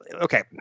Okay